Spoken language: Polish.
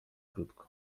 krótko